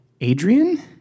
Adrian